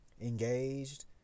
engaged